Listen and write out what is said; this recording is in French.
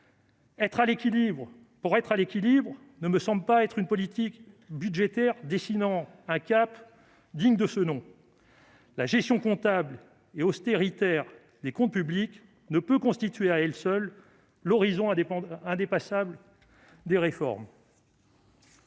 pour être à l'équilibre ne me semble pas être une politique budgétaire dessinant un cap digne de ce nom. La gestion comptable et austéritaire des comptes publics ne peut constituer à elle seule l'horizon indépassable des réformes.